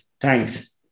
Thanks